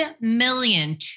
million